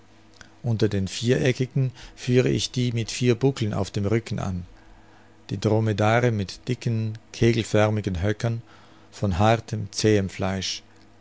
unter den viereckigen führe ich die mit vier buckeln auf dem rücken an die dromedare mit dicken kegelförmigen höckern von hartem zähem fleisch